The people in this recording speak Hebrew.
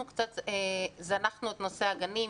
אנחנו קצת זנחנו את נושא הגנים,